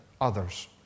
others